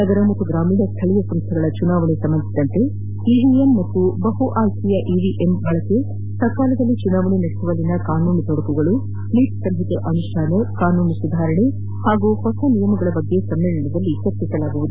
ನಗರ ಮತ್ತು ಗ್ರಾಮೀಣ ಸ್ಥಳೀಯ ಸಂಸ್ದೆಗಳ ಚುಣಾವಣೆ ಸಂಬಂಧಿಸಿದಂತೆ ಇವಿಎಂ ಮತ್ತು ಬಹು ಆಯ್ಕೆಯ ಇವಿಎಂ ಬಳಕೆ ಸಕಾಲದಲ್ಲಿ ಚುನಾವಣೆ ನಡೆಸುವಲ್ಲಿನ ಕಾನೂನು ತೊಡಕುಗಳು ನೀತಿಸಂಹಿತೆ ಅನುಷ್ಠಾನ ಕಾನೂನು ಸುಧಾರಣೆ ಹಾಗೂ ಹೊಸ ನಿಯಮಗಳ ಬಗ್ಗೆ ಸಮ್ಮೇಳನದಲ್ಲಿ ಚರ್ಚಿಸಲಾಗುವುದು